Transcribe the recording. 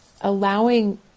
allowing